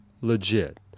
Legit